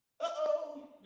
Uh-oh